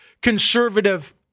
conservative